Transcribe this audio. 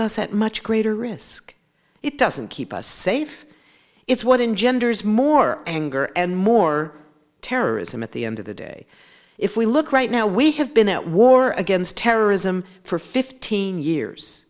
us at much greater risk it doesn't keep us safe it's what in genders more anger and more terrorism at the end of the day if we look right now we have been at war against terrorism for fifteen years